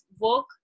work